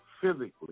physically